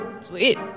Sweet